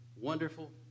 wonderful